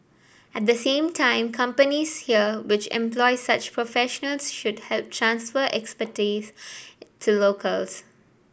at the same time companies here which employ such professionals should help transfer expertise to locals